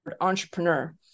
entrepreneur